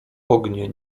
ognie